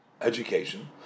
education